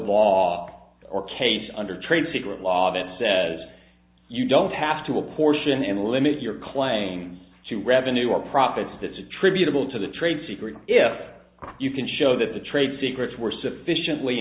law or case under trade secret law that says you don't have to apportion and limits your claims to revenue or profits that's attributable to the trade secret if you can show that the trade secrets were sufficiently